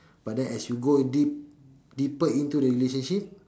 but then as you go deep deeper into the relationship